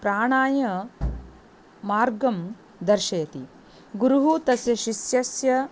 प्राणाय मार्गं दर्शयति गुरुः तस्य शिष्यस्य